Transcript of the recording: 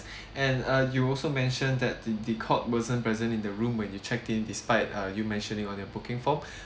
and uh you also mention that the the cot wasn't present in the room when you checked him despite uh you mentioning on your booking form